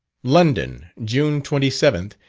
london, june twenty seventh,